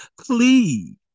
please